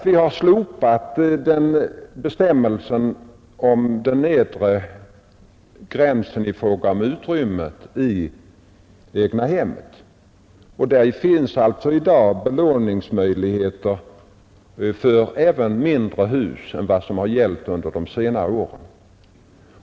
Vi har slopat bestämmelsen om den nedre gränsen i fråga om utrymmen i egnahemmet. Det finns alltså i dag belåningsmöjligheter för även mindre hus än vad som har gällt under tidigare år.